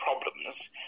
problems